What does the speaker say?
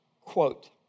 quote